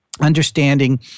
understanding